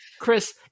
Chris